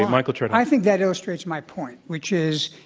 michael chertoff. i think that illustrates my point, which is,